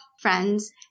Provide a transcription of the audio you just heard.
friends